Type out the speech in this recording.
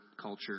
culture